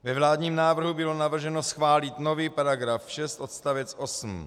Ve vládním návrhu bylo navrženo schválit nový § 6 odst. 8.